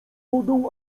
wodą